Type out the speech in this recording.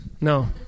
No